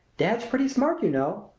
dad's pretty smart, you know!